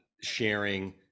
Sharing